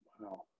Wow